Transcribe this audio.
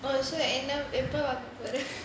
oh so எப்போ வர போகுது:eppo vara poguthu